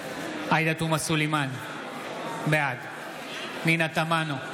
עאידה תומא סלימאן, בעד פנינה תמנו,